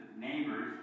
neighbors